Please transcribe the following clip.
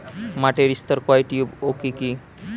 মাটির স্তর কয়টি ও কি কি?